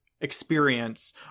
experience